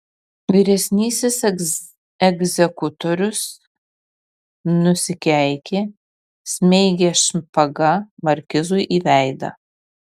vyresnysis egzekutorius nusikeikė smeigė špaga markizui į veidą